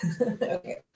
okay